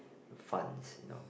fund you know